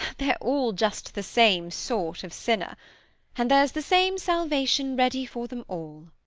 they're all just the same sort of sinner and there's the same salvation ready for them all.